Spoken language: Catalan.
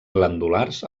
glandulars